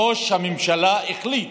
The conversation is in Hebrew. ראש הממשלה החליט: